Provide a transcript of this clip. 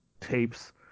tapes